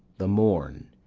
the morn,